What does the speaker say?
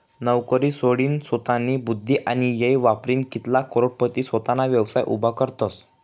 नवकरी सोडीनसोतानी बुध्दी आणि येय वापरीन कित्लाग करोडपती सोताना व्यवसाय उभा करतसं